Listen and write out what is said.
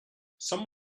some